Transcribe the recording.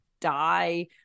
die